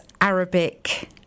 Arabic